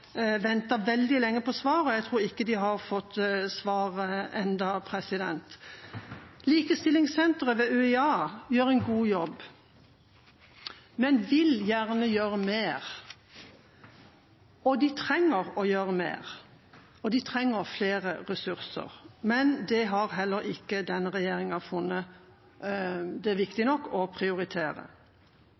veldig lenge på svar, og jeg tror ikke de har fått svar ennå. Likestillingssenteret ved UiA gjør en god jobb, men vil gjerne gjøre mer. De trenger å gjøre mer, og de trenger flere ressurser, men det har heller ikke denne regjeringa funnet viktig nok å prioritere.